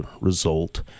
result